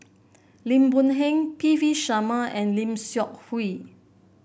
Lim Boon Heng P V Sharma and Lim Seok Hui